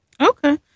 Okay